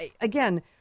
again